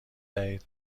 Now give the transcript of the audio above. دهید